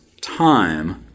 time